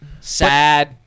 sad